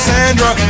Sandra